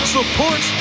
Support